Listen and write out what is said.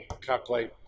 calculate